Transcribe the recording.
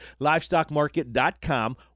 LivestockMarket.com